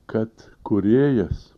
kad kūrėjas